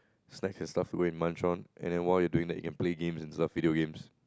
snacks and stuff where you munch on and while you're doing the and play games and stuff and video games